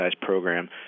program